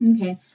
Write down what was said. Okay